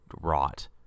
rot